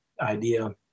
idea